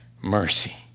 mercy